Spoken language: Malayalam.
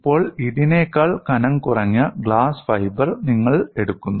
ഇപ്പോൾ ഇതിനേക്കാൾ കനംകുറഞ്ഞ ഗ്ലാസ് ഫൈബർ നിങ്ങൾ എടുക്കുന്നു